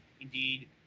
Indeed